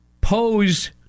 pose